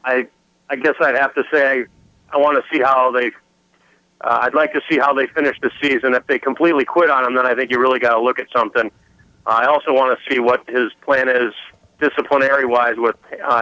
i i guess i have to say i want to see how they i'd like to see how they finish the season if they completely quit on that i think you really got to look at something i also want to see what his plan is disciplinary wise w